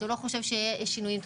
הוא לא חושב שיש שינויים תכופים.